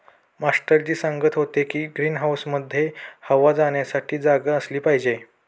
master ji सांगत होते की ग्रीन हाऊसमध्ये हवा जाण्यासाठी जागा असली पाहिजे